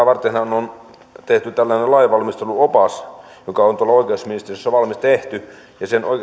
varten on tehty tällainen lainvalmisteluopas joka on tuolla oikeusministeriössä tehty sen